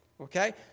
okay